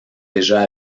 déjà